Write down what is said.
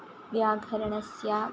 व्याकरणस्य